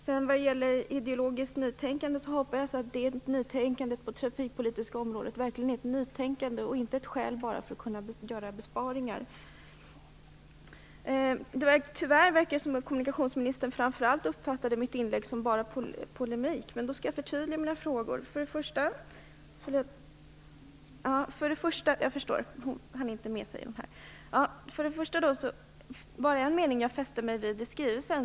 Vad det sedan gäller ideologiskt nytänkande hoppas jag att nytänkandet på det trafikpolitiska området verkligen är ett nytänkande och inte bara ett skäl för att göra besparingar. Tyvärr verkar det som om kommunikationsministern framför allt uppfattade mitt inlägg som enbart polemik. Därför skall jag förtydliga mina frågor. Först och främst fäste jag mig vid en mening i interpellationssvaret.